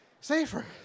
Safer